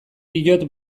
diot